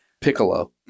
Piccolo